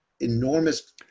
enormous